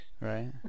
right